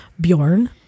Bjorn